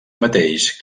mateix